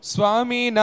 Swami